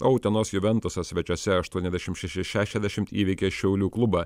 o utenos juventusas svečiuose aštuoniasdešim šeši šešiasdešimt įveikė šiaulių klubą